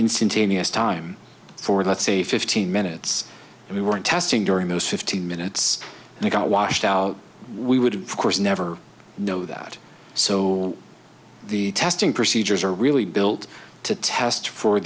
instantaneous time for let's say fifteen minutes we weren't testing during those fifteen minutes we got washed out we would of course never know that so the testing procedures are really built to test for